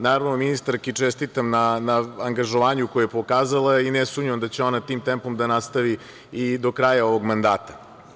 Naravno, ministarki čestitam na angažovanju koje je pokazala i ne sumnjam da će ona tim tempom da nastavi i do kraja ovog mandata.